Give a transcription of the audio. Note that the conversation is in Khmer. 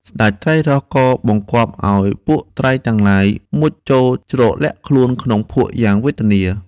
ស្តេចត្រីរ៉ស' ក៏បង្គាប់ឱ្យពួកត្រីទាំងទ្បាយ មុជចូលជ្រកលាក់ខ្លួនក្នុងភក់យ៉ាងវេទនា។